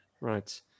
Right